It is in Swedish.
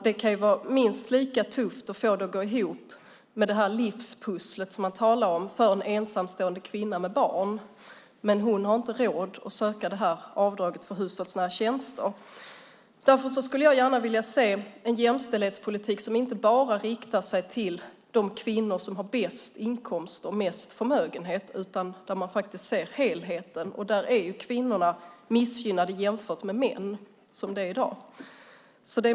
Det kan vara minst lika tufft att få livspusslet, som man talar om, att gå ihop för en ensamstående kvinna med barn. Men hon har inte råd att anlita någon för att utföra hushållsnära tjänster och därmed få göra avdrag för det. Jag skulle därför gärna vilja se en jämställdhetspolitik som inte bara riktar sig till de kvinnor som har bäst inkomster och störst förmögenhet utan en jämställdhetspolitik där man faktiskt ser helheten, och där är kvinnorna missgynnade jämfört med männen i dag.